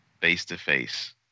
face-to-face